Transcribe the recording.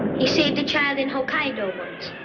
he saved a child in hokkaido once.